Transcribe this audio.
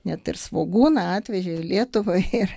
net ir svogūną atvežė į lietuvą ir